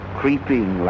creeping